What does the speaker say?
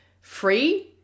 free